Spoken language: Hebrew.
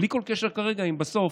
בלי כל קשר כרגע לאם בסוף